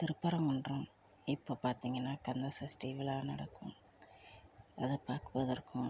திருப்பரங்குன்றம் இப்போ பார்த்தீங்கனா கந்தசஷ்டி விழா நடக்கும் அது பார்க்குவதற்கும்